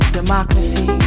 democracy